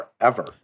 forever